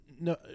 no